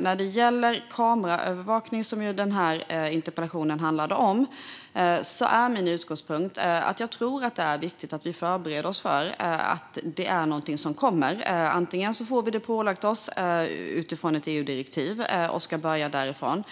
När det gäller kameraövervakning, som interpellationen handlade om, är min utgångspunkt att det är viktigt att vi förbereder oss för att det är något som kommer. Antingen får vi det lagt på oss i form av ett EU-direktiv och får börja utifrån